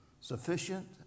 Sufficient